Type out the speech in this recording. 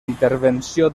intervenció